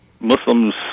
Muslims